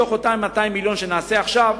מתוך אותם 200 מיליון שנעשה עכשיו,